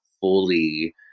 fully